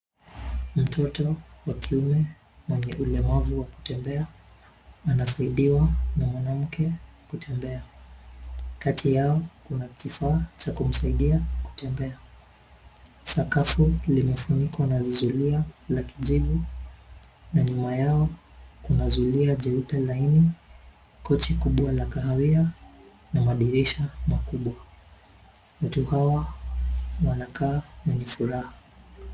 Mtoto wa kiume mwenye ulemavu wa kutembea, anasaidiwa na mwanamke kutembea. Kati yao kuna kifaa cha kumsaidia kutembea. Sakafu limefunikwa na zulia la kijivu na nyuma yao kuna zulia jeupe laini, kochi kubwa la kahawia na madirisha makubwa. Watu hawa wanakaa wenye furaha.